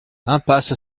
impasse